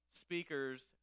speakers